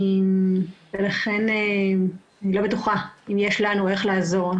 אני לא בטוחה אם יש לנו איך לעזור.